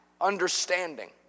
understanding